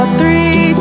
three